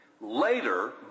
Later